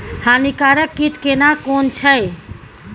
हानिकारक कीट केना कोन छै?